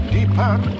Deeper